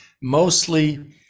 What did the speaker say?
mostly